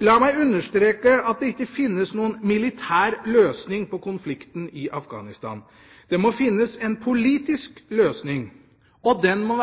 La meg understreke at det ikke finnes noen militær løsning på konflikten i Afghanistan. Det må finnes en politisk løsning. Og den må